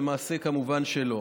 למעשה, כמובן שלא.